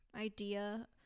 idea